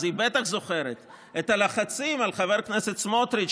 אז היא בטח זוכרת את הלחצים על חבר הכנסת סמוטריץ'